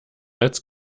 als